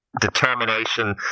determination